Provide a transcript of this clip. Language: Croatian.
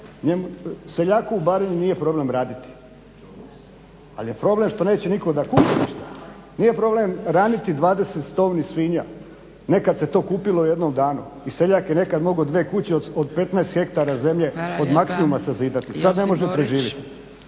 seljaku barem nije problem raditi, ali problem što neće nitko da kupi ništa. Nije problem raditi 20 … svinja, nekad se to kupilo u jednom danu i seljak je nekad mogao dvije kuće od 15 hektara zemlje od … sazidati. **Zgrebec, Dragica